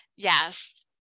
Yes